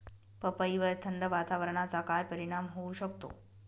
पपईवर थंड वातावरणाचा काय परिणाम होऊ शकतो?